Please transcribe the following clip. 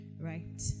right